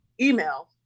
email